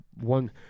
one